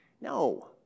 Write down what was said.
No